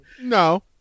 No